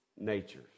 nature